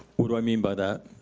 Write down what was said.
what do i mean by that,